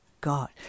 God